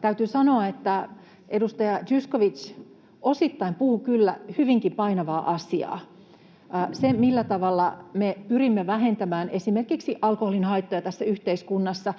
Täytyy sanoa, että edustaja Zyskowicz osittain puhuu kyllä hyvinkin painavaa asiaa. Siinä, millä tavalla me pyrimme vähentämään esimerkiksi alkoholin haittoja tässä yhteiskunnassa,